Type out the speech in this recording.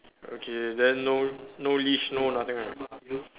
okay then no no leash no nothing right